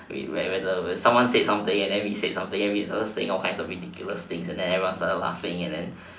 where someone said something then we said something then we said all sorts of ridiculous things then we started laughing and then